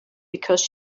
because